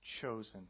chosen